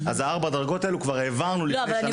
אז כבר העברנו את ארבע הדרגות האלה לפני כשנה.